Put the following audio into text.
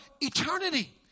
eternity